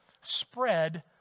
spread